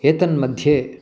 एतन्मध्ये